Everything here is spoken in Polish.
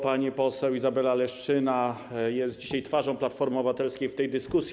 Pani poseł Izabela Leszczyna jest dzisiaj twarzą Platformy Obywatelskiej w tej dyskusji.